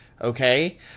Okay